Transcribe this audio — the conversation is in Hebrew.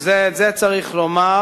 את זה צריך לומר,